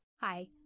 Hi